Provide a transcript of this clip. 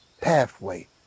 pathway